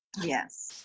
Yes